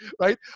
right